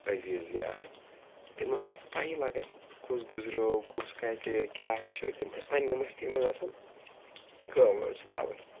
عزیٖز یار تِمَن ٲس نہٕ پَیی لَگان کُس گُزریو کُس کَتہِ کیٛاہ چھِ تِم ٲسۍ پنٛنہِ مٔستی منٛز آسان کٲم وٲم سۭتۍ آوُر